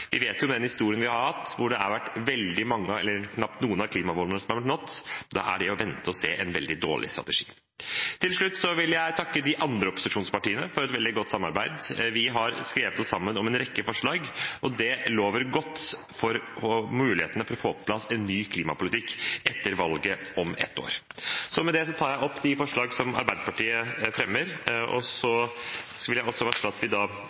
Vi vet jo av historien vi har hatt, at knapt noen av klimamålene er nådd. Da er det å vente og se en veldig dårlig strategi. Til slutt vil jeg takke de andre opposisjonspartiene for et veldig godt samarbeid. Vi har skrevet oss sammen om en rekke forslag, og det lover godt for mulighetene for å få på plass en ny klimapolitikk etter valget om et år. Med det tar jeg opp de forslagene Arbeiderpartiet fremmer, og jeg vil også varsle at vi